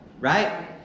right